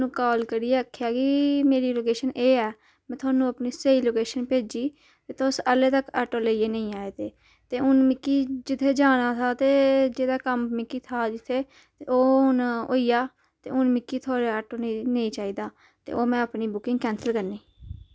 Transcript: ते में फ्ही थुआनूं कॉल करियै आखेया किऽ मेरी लोकेशन एह् ऐ थुआनूं अपनी स्हेई लोकेशन भेजी तुस हल्ली तक ऑटो लेइयै नेईं आये दे ते हून मिक्की जित्थै जाना था ते जेह्दा कम्म मिक्की था जित्थै ओह् हून होई आ ते हून मिक्की ऑटो नेईं नेईं चाहिदा ते ओह् में अपनी बुकिंग कैंसल करनी